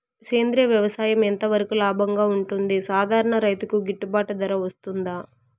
సేంద్రియ వ్యవసాయం ఎంత వరకు లాభంగా ఉంటుంది, సాధారణ రైతుకు గిట్టుబాటు ధర వస్తుందా?